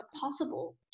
possible